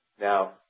Now